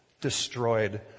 destroyed